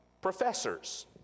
Professors